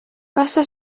passa